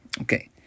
Okay